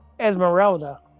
Esmeralda